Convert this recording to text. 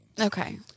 Okay